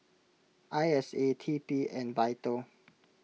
I S A T P and Vital